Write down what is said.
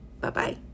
Bye-bye